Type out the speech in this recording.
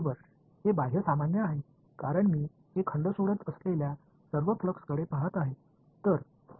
बरोबर हे बाह्य सामान्य आहे कारण मी हे खंड सोडत असलेल्या सर्व फ्लक्सकडे पहात आहे